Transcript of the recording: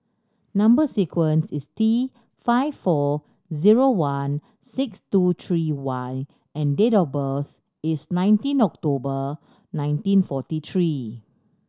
number sequence is T five four zero one six two three Y and date of birth is nineteen October nineteen forty three